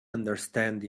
understand